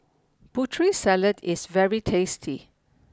Putri Salad is very tasty